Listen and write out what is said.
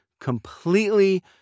completely